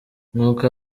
nk’uko